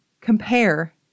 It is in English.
compare